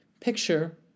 picture